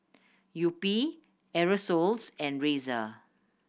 Yupi Aerosoles and Razer